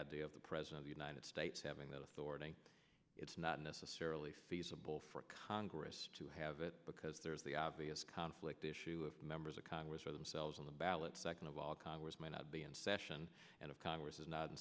idea of the president of united states having that authority it's not necessarily feasible for congress to have it because there is the obvious conflict the issue of members of congress or themselves on the ballot second of all congress may not be in session of congress is not in